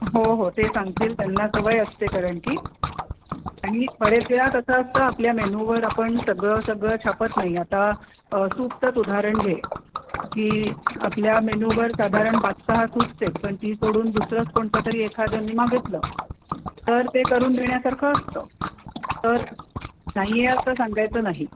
हो हो ते सांगतील त्यांना सवय असते कारण की आणि बरेच वेळा कसं असतं आपल्या मेन्यूवर आपण सगळं सगळं छापत नाही आता सूपचंच उदाहरण घे की आपल्या मेन्यूवर साधारण पाच सहा सूप्स आहेत पण ती सोडून दुसरंच कोणतं तरी एखाद्याने मागितलं तर ते करून देण्यासारखं असतं तर नाही आहे असं सांगायचं नाही